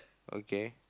okay